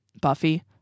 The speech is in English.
Buffy